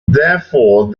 therefore